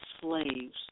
slaves